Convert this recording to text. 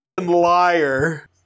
liar